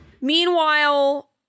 meanwhile